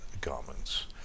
garments